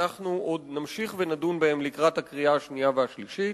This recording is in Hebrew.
שאנחנו עוד נמשיך ונדון בהם לקראת הקריאה השנייה והשלישית.